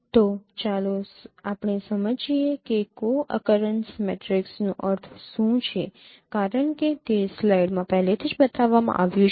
તો ચાલો આપણે સમજીએ કે કો અકરેન્સ મેટ્રિક્સનો અર્થ શું છે કારણ કે તે સ્લાઇડમાં પહેલેથી જ બતાવવામાં આવ્યું છે